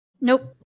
Nope